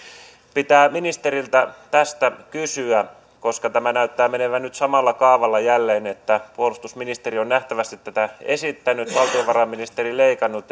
pitää ministeriltä tästä kysyä koska tämä näyttää menevän nyt samalla kaavalla jälleen että puolustusministeriö on nähtävästi tätä esittänyt valtiovarainministeri leikannut